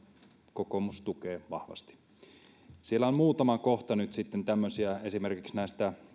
kokoomus tukee vahvasti siellä on muutama kohta nyt tämmöisiä näistä